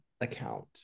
account